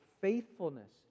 faithfulness